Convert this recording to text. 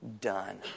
done